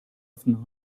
often